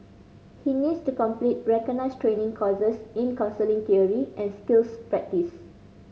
he needs to complete recognised training courses in counselling theory and skills practice